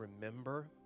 remember